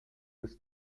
was